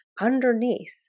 underneath